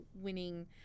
winning